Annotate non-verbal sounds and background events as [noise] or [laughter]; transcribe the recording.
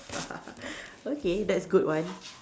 [laughs] okay that's a good one